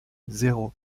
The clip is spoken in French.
zéro